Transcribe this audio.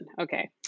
Okay